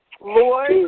Lord